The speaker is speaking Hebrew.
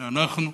זה אנחנו,